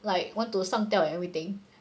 like want to 上吊 and everything